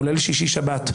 כולל שישי-שבת,